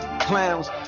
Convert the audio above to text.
clowns